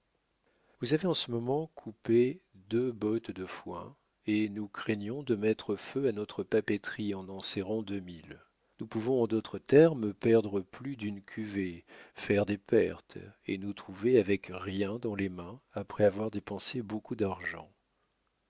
vous avez en ce moment coupé deux bottes de foin et nous craignons de mettre feu à notre papeterie en en serrant deux mille nous pouvons en d'autres termes perdre plus d'une cuvée faire des pertes et nous trouver avec rien dans les mains après avoir dépensé beaucoup d'argent